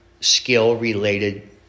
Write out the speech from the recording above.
skill-related